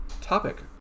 topic